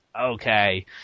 Okay